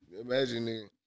imagine